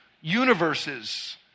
universes